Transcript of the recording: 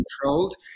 controlled